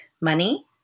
money